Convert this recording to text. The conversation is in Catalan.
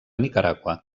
nicaragua